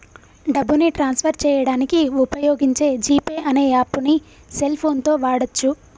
డబ్బుని transfer చేయడానికి వుపయోగించే జీ పే అనే యాప్పుని సెల్ ఫోన్ తో వాడచ్చు